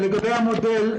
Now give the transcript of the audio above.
לגבי המודל,